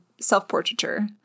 self-portraiture